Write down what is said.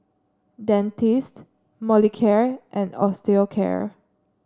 Dentiste Molicare and Osteocare